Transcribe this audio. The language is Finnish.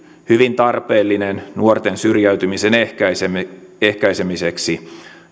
hyvin tarpeellinen nuorten syrjäytymisen ehkäisemiseksi ehkäisemiseksi